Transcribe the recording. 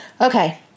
Okay